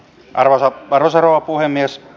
arvoisa rouva puhemies